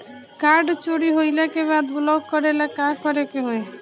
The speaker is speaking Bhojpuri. कार्ड चोरी होइला के बाद ब्लॉक करेला का करे के होई?